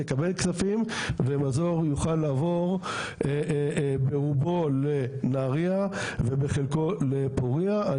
נקבל כספים ומזור יוכל לעבור ברובו לנהריה ובחלקו לפורייה.